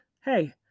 hey